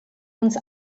uns